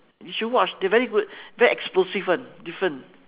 you should watch they're very good very explosive [one] different